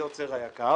מר יוצר היקר